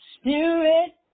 spirit